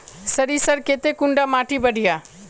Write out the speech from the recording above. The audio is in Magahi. सरीसर केते कुंडा माटी बढ़िया?